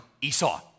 Esau